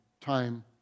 time